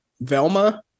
Velma